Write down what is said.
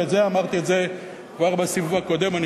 ואת זה אמרתי כבר בסיבוב הקודם.